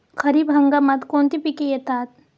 खरीप हंगामात कोणती पिके येतात?